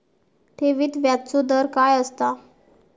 ठेवीत व्याजचो दर काय असता?